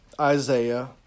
Isaiah